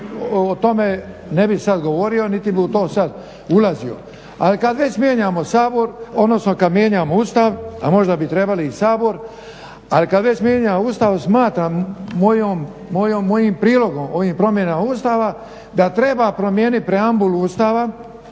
o tome ne bih sad govorio niti bih u to sad ulazio. Ali kad već mijenjamo Sabor, odnosno kad mijenjamo Ustav, a možda bi trebali i Sabor, ali kad već mijenjamo Ustav smatram mojim prilogom ovim promjenama Ustava da treba promijeniti preambulu Ustava